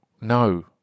no